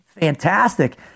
fantastic